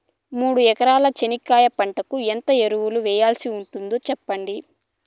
మూడు ఎకరాల చెనక్కాయ పంటకు ఎంత ఎరువులు వేయాల్సి ఉంటుంది సెప్పండి?